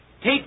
Take